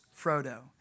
Frodo